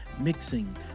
mixing